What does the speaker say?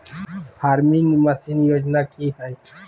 Farming machine योजना कि हैय?